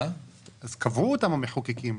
אז קבעו אותם המחוקקים.